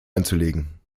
einzulegen